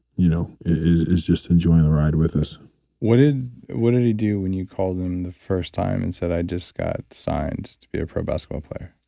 you know is is just enjoying the ride with us what did what did he do when you called him the first time and said, i just got signed to be a pro basketball player.